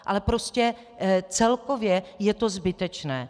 Ale prostě celkově je to zbytečné.